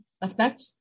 affect